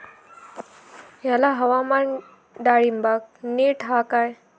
हयला हवामान डाळींबाक नीट हा काय?